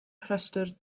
rhestr